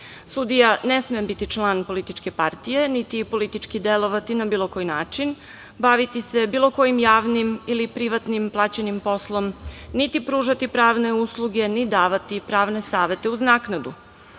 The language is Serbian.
Sudija ne sme biti član političke partije, niti politički delovati na bilo koji način, baviti se bilo kojim javnim ili privatnim plaćenim poslom, niti pružati pravne usluge ni davati pravne savete uz naknadu.